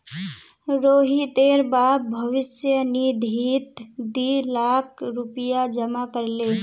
रोहितेर बाप भविष्य निधित दी लाख रुपया जमा कर ले